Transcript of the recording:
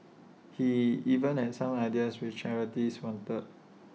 he even had some ideas which charities wanted